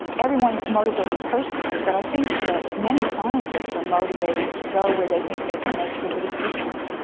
everyone's motivated personally but i think that many scientists are motivated to go where they think they can make the biggest difference.